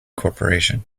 corporation